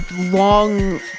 long